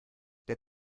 der